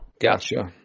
Gotcha